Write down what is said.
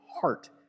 heart